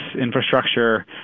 infrastructure